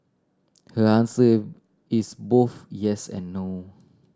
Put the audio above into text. her answer is both yes and no